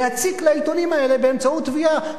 להציק לעיתונים האלה באמצעות תביעה,